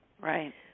Right